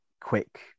quick